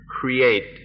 Create